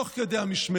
תוך כדי המשמרת,